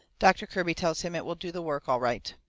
doctor kirby tells him it will do the work all right.